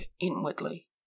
inwardly